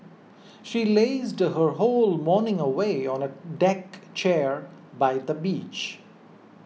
she lazed her whole morning away on a deck chair by the beach